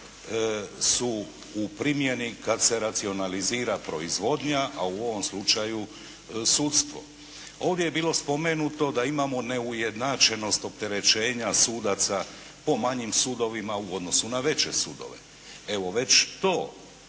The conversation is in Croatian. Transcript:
su u primjeni kada se racionalizira proizvodnja, a u ovom slučaju sudstvo. Ovdje je bilo spomenuto da imamo neujednačenost opterećenja sudaca po manjim sudovima u odnosu na veće sudove. Evo, već to